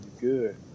good